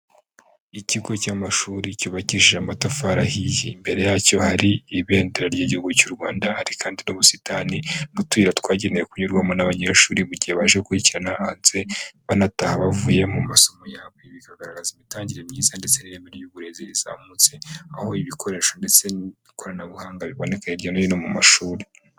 Ikigo cy'amashuri cyubakishije amatafari ahiye. Imbere yacyo hari ibendera ry'Igihugu cy'u Rwanda, hari kandi n'ubusitani n'utuyira twagenewe kunyurwamo n'abanyeshuri mu gihe baje gukurikirana hanze banataha bavuye mu masomo yabo. Ibi bikagaragaza imitangire myiza ndetse n'ireme ry'uburezi rizamutse aho ibikoresho ndetse n'ikoranabuhanga biboneka hirya no hino mu mashuri.